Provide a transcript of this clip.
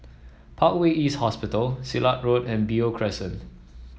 Parkway East Hospital Silat Road and Beo Crescent